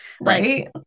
Right